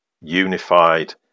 unified